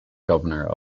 governor